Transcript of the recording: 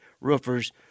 roofers